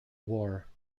war